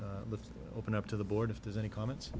open up to the board if there's any comments